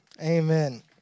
Amen